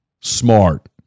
Smart